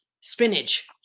spinach